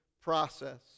process